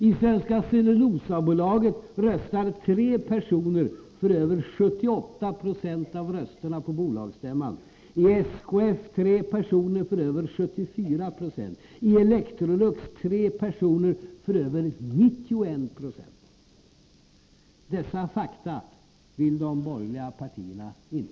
I Svenska Cellulosabolaget röstar tre personer för över 78 Jo av rösterna på bolagsstämman, i SKF tre personer för över 74 Yo, i Electrolux tre personer för över 91 26, osv. Dessa fakta vill inte de borgerliga höra talas om.